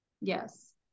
Yes